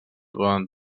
poden